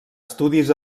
estudis